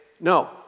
no